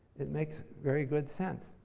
it makes very good sense.